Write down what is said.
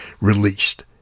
released